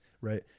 right